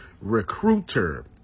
Recruiter